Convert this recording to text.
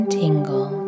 tingle